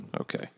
Okay